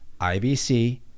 IBC